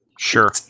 sure